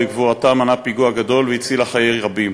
בגבורתה מנעה פיגוע גדול והצילה חיי רבים.